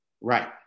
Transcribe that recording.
Right